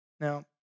Now